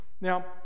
now